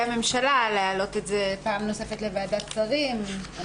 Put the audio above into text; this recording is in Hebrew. הממשלה להעלות את פעם נוספת לוועדת שרים.